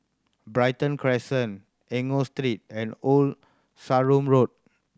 Brighton Crescent Enggor Street and Old Sarum Road